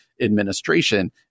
administration